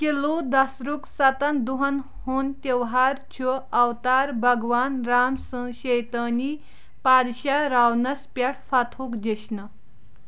کلُو دسہرہُک ستن دۄہن ہُنٛد تیٚہوار، چھُ اوتار بھگوان رام سٕنٛز شیطٲنی پادشاہ راونس پٮ۪ٹھ فتحُک جیٚشنہٕ